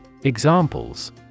Examples